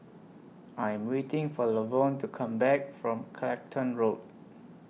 I Am waiting For Lavonne to Come Back from Clacton Road